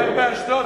באשדוד.